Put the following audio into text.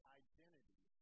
identity